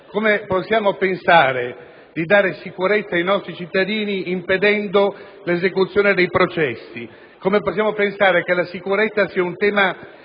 Come possiamo pensare di dare sicurezza ai nostri cittadini impedendo l'esecuzione dei processi? Come possiamo pensare che la sicurezza sia un tema